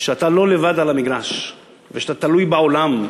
שאתה לא לבד על המגרש ושאתה תלוי בעולם,